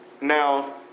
Now